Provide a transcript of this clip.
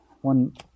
one